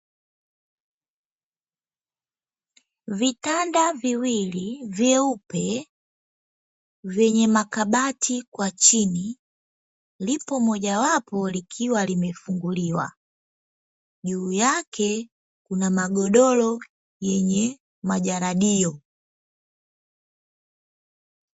Vitanda viwili vyeupe vyenye makabati kwa chini lipo moja wapo, likiwa limefunguliwa juu yake kuna magodoro yenye majaradio.